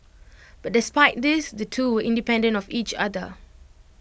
but despite this the two were independent of each other